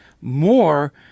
more